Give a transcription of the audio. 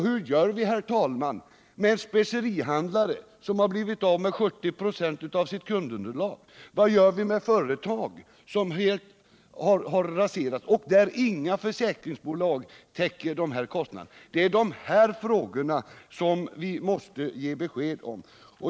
Hur gör vi t.ex. med specerihandlare som har blivit av med 70 96 av sitt kundunderlag, och vad gör vi med företag som helt raserats och där inga försäkringsbolag täcker kostnaderna? Det är de här frågorna som jag kräver besked om.